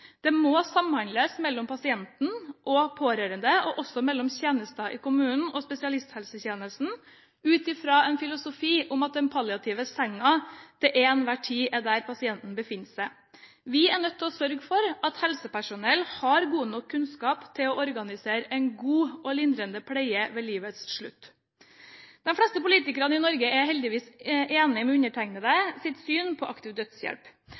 Det må samhandles mellom pasienten og pårørende og også mellom tjenestene i kommunen og i spesialisthelsetjenesten ut fra en filosofi om at den palliative sengen til enhver tid er der pasienten befinner seg. Vi er nødt til å sørge for at helsepersonell har god nok kunnskap til å organisere en god og lindrende pleie ved livets slutt. De fleste politikere i Norge er heldigvis enige med undertegnedes syn på aktiv dødshjelp